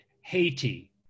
Haiti